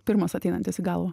pirmas ateinantis į galvą